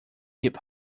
hip